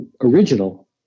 original